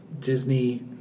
Disney